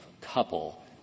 couple